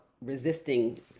resisting